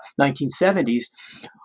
1970s